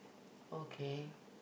okay